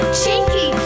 cheeky